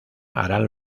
harán